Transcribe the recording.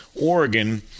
Oregon